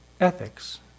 ethics